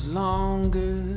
longer